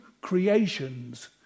creations